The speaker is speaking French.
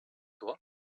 toi